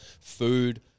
food